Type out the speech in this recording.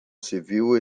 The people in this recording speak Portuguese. civil